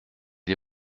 les